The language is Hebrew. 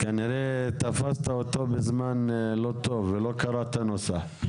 כנראה שתפסת אותו בזמן לא טוב והוא לא קרא את הנוסח.